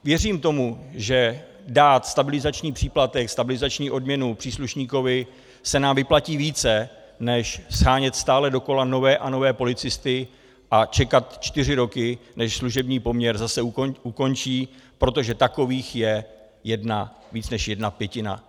Věřím tomu, že dát stabilizační příplatek, stabilizační odměnu příslušníkovi se nám vyplatí více než shánět dokola nové a nové policisty a čekat čtyři roky, než služební poměr zase ukončí, protože takových je více než jedna pětina.